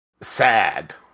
sad